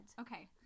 Okay